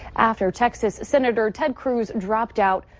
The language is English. after texas senator ted cruz dropped out,